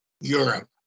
Europe